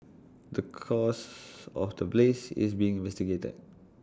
the cause of the blaze is being investigated